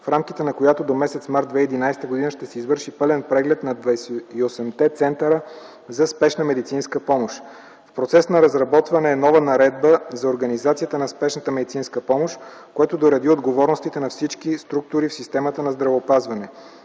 в рамките на която до м. март 2011 г. ще се извърши пълен преглед на 28-те центъра за спешна медицинска помощ. В процес на разработване е нова наредба за организацията на спешната медицинска помощ, която да уреди отговорностите на всички структури в системата на здравеопазването